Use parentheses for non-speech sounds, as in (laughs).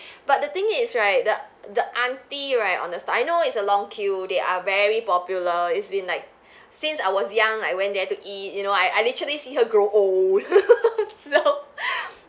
(breath) but the thing is right the the auntie right on the stall I know it's a long queue they are very popular it's been like since I was young I went there to eat you know I I literally see her grow old (laughs) so (laughs)